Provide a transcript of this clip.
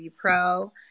pro